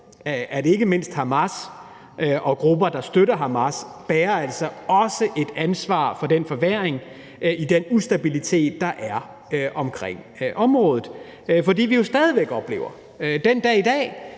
at ikke mindst Hamas og grupper, der støtter Hamas, altså også bærer et ansvar for den forværring i den ustabilitet, der er i området. For vi oplever jo stadig væk den dag i dag,